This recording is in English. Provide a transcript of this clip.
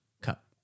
cup